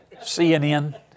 CNN